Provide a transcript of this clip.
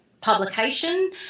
publication